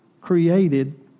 created